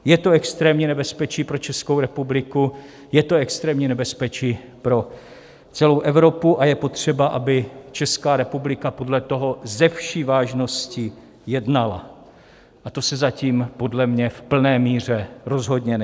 Je to extrémní nebezpečí pro Českou republiku, je to extrémní nebezpečí pro celou Evropu a je potřeba, aby Česká republika podle toho se vší vážností jednala, a to se zatím podle mě v plné míře rozhodně neděje.